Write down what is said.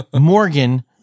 Morgan